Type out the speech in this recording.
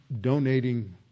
donating